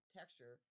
texture